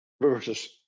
versus